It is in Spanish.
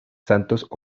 santos